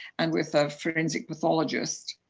and with a forensic pathologist,